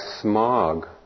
smog